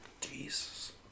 Jesus